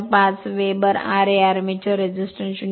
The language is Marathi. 05 वेबर ra आर्मेचर रेझिस्टन्स 0